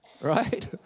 right